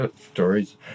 stories